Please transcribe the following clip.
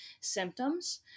symptoms